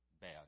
bad